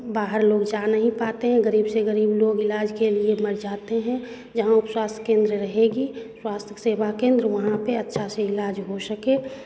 बाहर लोग जा नहीं पाते हैं गरीब से गरीब लोग इलाज के लिए मर जाते हैं जहाँ उप स्वास्थ्य केंद्र रहेगी स्वास्थ्य सेवा केंद्र वहाँ पे अच्छा से इलाज हो सके